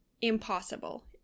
impossible